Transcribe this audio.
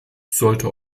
sollte